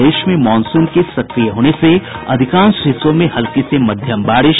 प्रदेश में मॉनसून के सक्रिय होने से अधिकांश हिस्सों में हल्की से मध्यम बारिश